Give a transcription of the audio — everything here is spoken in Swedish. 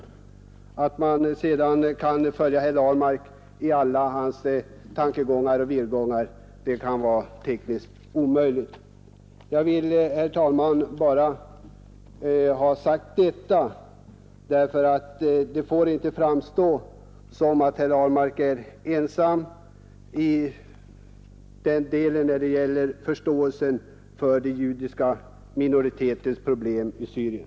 Att följa herr Ahlmark i alla hans tankegångar och irrgångar är tekniskt omöjligt. Jag vill, herr talman, bara ha sagt detta, därför att det inte får framstå som om herr Ahlmark är ensam i fråga om förståelse för den judiska minoritetens problem i Syrien.